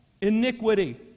iniquity